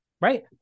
right